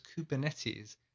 kubernetes